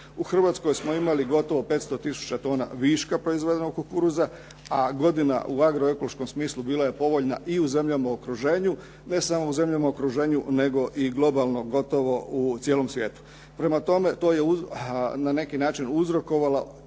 U Hrvatskoj smo imali gotovo 500 000 tona viška proizvedenog kukuruza, a godina u agroekološkom smislu bila je povoljna i u zemljama u okruženju, ne samo u zemljama u okruženju nego i globalno gotovo u cijelom svijetu. Prema tome, to je a na neki način uzrokovalo